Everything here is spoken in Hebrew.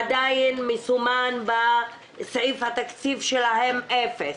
עדיין מסומן בסעיף התקציב שלהם אפס.